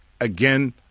again